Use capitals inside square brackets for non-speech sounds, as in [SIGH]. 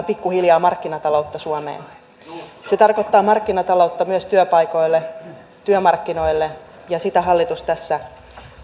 [UNINTELLIGIBLE] pikkuhiljaa markkinataloutta suomeen se tarkoittaa markkinataloutta myös työpaikoille työmarkkinoille ja sitä hallitus tässä